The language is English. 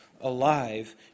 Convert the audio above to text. alive